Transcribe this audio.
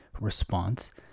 response